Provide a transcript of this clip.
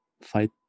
fight